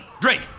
Drake